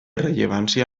rellevància